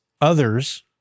others